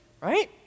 right